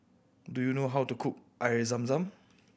do you know how to cook Air Zam Zam